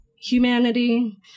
humanity